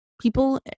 people